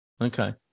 Okay